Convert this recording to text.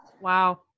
Wow